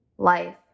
life